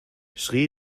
sri